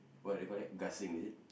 what do you call that gasing is it